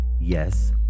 Yes